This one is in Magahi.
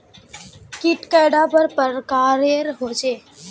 कीट कैडा पर प्रकारेर होचे?